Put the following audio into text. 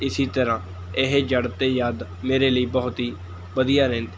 ਇਸੀ ਤਰ੍ਹਾਂ ਇਹ ਜੜ੍ਹ ਅਤੇ ਯਾਦ ਮੇਰੇ ਲਈ ਬਹੁਤ ਹੀ ਵਧੀਆ ਰਹਿੰਦ